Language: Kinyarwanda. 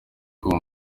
kuva